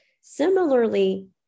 similarly